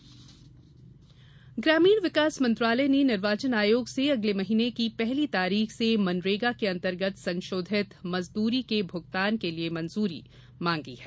ग्रामीण मनरेगा ग्रामीण विकास मंत्रालय ने निर्वाचन आयोग से अगले महीने की पहली तारीख से मनरेगा के अंतर्गत संशोधित मजदूरी के भूगतान के लिए मंजूरी मांगी है